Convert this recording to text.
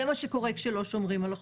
זה מה שקורה כשלא שומרים על החוק.